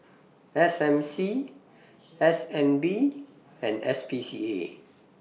S M C S N B and S P C A